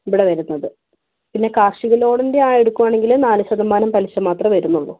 ഇവിടെ വരുന്നത് പിന്നെ കാർഷിക ലോണിൻ്റെ ആ എടുക്കുകയാണെങ്കിൽ നാല് ശതമാനം പലിശ മാത്രമേ വരുന്നുള്ളൂ